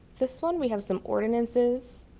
this one. we have some ordinances